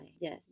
Yes